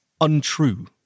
untrue